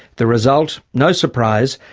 the result, no surprise,